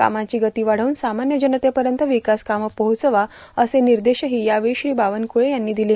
कामांची गती वाढवून सामान्य जनतेपर्यंत विकास कामं पोहचवा असे निर्देशही यावेळी श्री बावनकुळे यांनी दिले